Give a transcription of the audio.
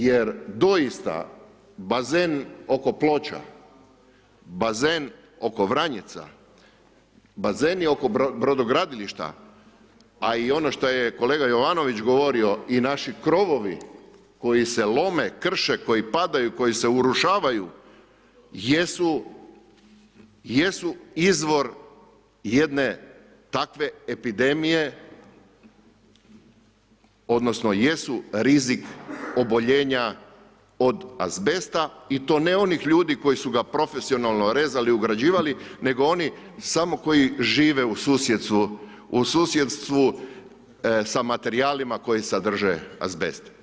Jer doista bazen oko Ploča, bazen oko Vranjica, bazeni oko brodogradilišta a i ono što je kolega Jovanović govorio i naši krovovi koji se lome, krše, koji padaju, koji se urušavaju jesu izvor jedne takve epidemije odnosno jesu rizik oboljenja od azbesta i to ne onih ljudi koji su ga profesionalno rezali, ugrađivali nego oni samo koji žive u susjedstvu sa materijalima koji sadrže azbest.